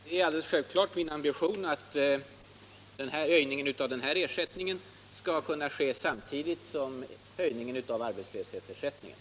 Herr talman! Det är alldeles självklart min ambition att höjningen av den här ersättningen skall kunna ske samtidigt som höjningen av arbetslöshetsersättningen.